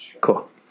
Cool